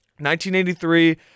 1983